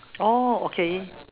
oh okay